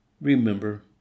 Remember